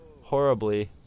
horribly